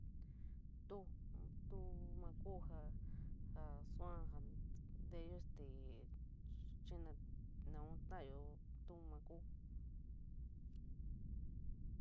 Tu tuu maa kuu, jaa jaa suaa ja’ab nteyo stee chii naa naun taayo tu ma kuu.